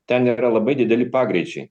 ten yra labai dideli pagreičiai